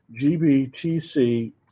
GBTC